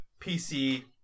PC